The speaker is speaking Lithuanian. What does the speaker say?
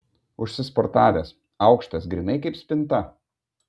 užsisportavęs aukštas grynai kaip spinta